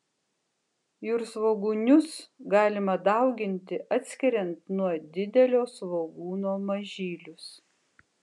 jūrsvogūnius galima dauginti atskiriant nuo didelio svogūno mažylius